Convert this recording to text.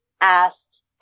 asked